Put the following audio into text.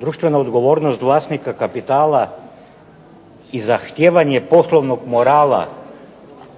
društvena odgovornost vlasnika kapitala i zahtijevanje poslovnog morala